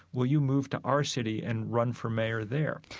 will you move to our city and run for mayor there?